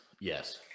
Yes